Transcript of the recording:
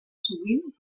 sovint